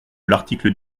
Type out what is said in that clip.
l’article